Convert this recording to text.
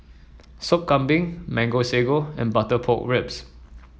Sop Kambing Mango Sago and Butter Pork Ribs